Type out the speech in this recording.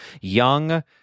young